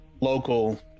local